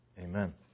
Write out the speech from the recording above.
Amen